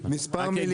נמרוד הגלילי,